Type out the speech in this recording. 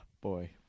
boy